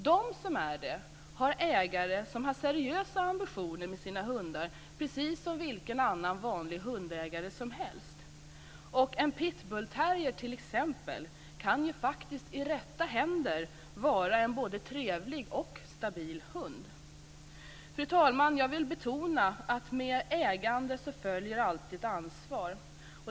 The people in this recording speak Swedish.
De som är det har ägare som har seriösa ambitioner med sina hundar, precis som vilken annan vanlig hundägare som helst. Och t.ex. en pitbullterrier kan ju faktiskt i rätta händer vara en både trevlig och stabil hund. Fru talman! Jag vill betona att med ägande följer alltid ansvar.